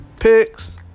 Picks